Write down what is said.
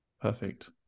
perfect